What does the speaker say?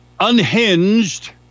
Unhinged